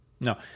No